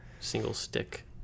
Single-stick